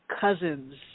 cousins